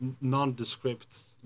nondescript